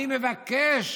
אני מבקש